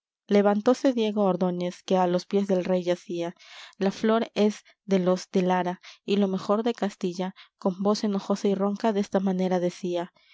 levantóse diego ordóñez que á los piés del rey yacía la flor es de los de lara y lo mejor de castilla con voz enojosa y ronca desta manera decía